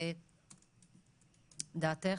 דעתך?